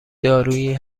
دارویی